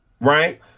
right